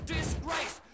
Disgrace